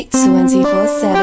24-7